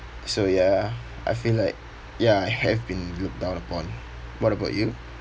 so ya I feel like ya I have been looked down upon what about you